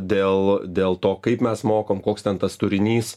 dėl dėl to kaip mes mokom koks ten tas turinys